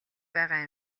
байгаа